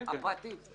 כן כן.